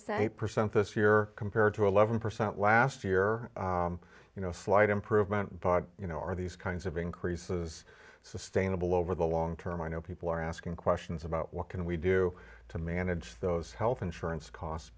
eight percent this year compared to eleven percent last year you know slight improvement but you know are these kinds of increases sustainable over the long term i know people are asking questions about what can we do to manage those health insurance costs